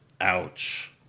Ouch